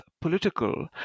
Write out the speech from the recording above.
political